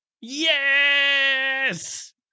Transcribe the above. Yes